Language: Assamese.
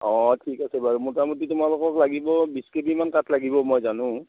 অঁ ঠিক আছে বাৰু মোটামুটি তোমালোকক লাগিব বিছ কেবিমান কাঠ লাগিব মই জানোঁ